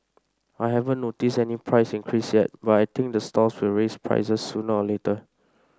I haven't noticed any price increase yet but I think the stalls will raise prices sooner or later